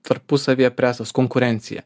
tarpusavyje presas konkurencija